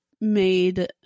made